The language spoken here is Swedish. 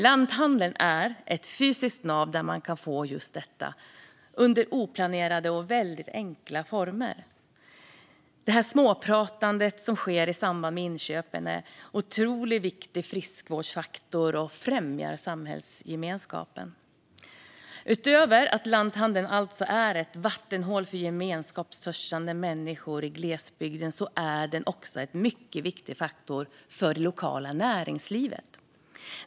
Lanthandeln är ett fysiskt nav där man kan få göra just detta under oplanerade och väldigt enkla former. Det där småpratandet som sker i samband med inköpen är en otroligt viktig friskvårdsfaktor och främjar samhällsgemenskapen. Utöver att lanthandeln alltså är ett vattenhål för gemenskapstörstande människor i glesbygden är den också en mycket viktig faktor för det lokala näringslivet.